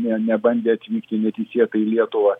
ne nebandė atvykti neteisėtai į lietuvą